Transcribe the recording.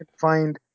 find